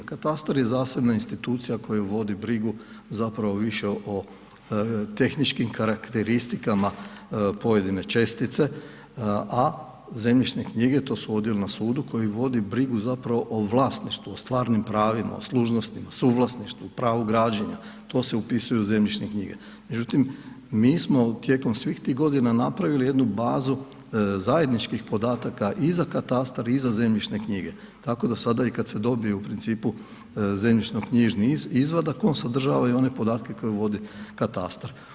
Katastar je zasebna institucija koja vodi brigu zapravo više o tehničkim karakteristikama pojedine čestice a zemljišne knjige, to su odjeli na sudu koji vodi brigu zapravo o vlasništvu, o stvarnim pravim, o služnostima, suvlasništvu, o pravu građenja, to se upisuje u zemljišne knjige, međutim, mi smo tijekom svih tih godina napravili jednu bazu zajedničkih podataka i za katastar i za zemljišne knjige, tako da sada i kad se dobiju u principu zemljišno-knjižni izvadak, on sadržava i one podatke koje vodi katastar.